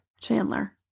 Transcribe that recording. Chandler